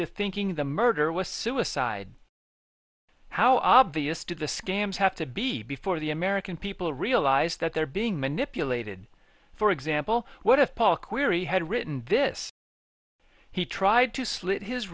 o thinking the murder was suicide how obvious do the scams have to be before the american people realise that they're being manipulated for example what if paul queery had written this he tried to slit his